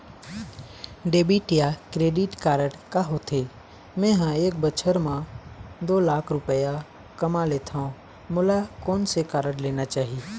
Debit या credit card का होथे, मे ह एक बछर म दो लाख रुपया कमा लेथव मोला कोन से कारड लेना चाही?